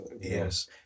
Yes